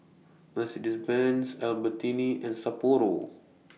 Mercedes Benz Albertini and Sapporo